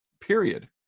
period